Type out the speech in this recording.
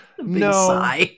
No